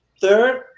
Third